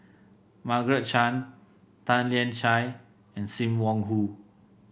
Margaret Chan Tan Lian Chye and Sim Wong Hoo